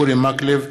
אורי מקלב,